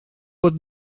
bod